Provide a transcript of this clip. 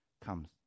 comes